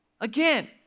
again